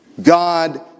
God